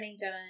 done